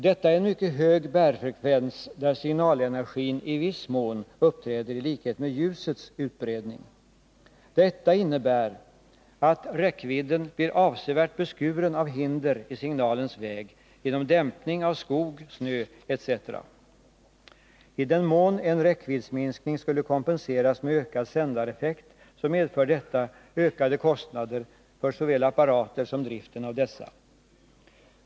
Detta är en mycket hög bärfrekvens, där signalenergin i viss mån uppträder i likhet med ljusets utbredning. Detta innebär att räckvidden blir avsevärt beskuren av hinder i signalens väg, genom dämpning av skog, snö etc. I den mån en räckviddsminskning skulle kompenseras med ökad sändareffekt, medför detta ökade kostnader för såväl apparater som driften av dessa.